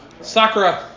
Sakura